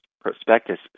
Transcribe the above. prospectus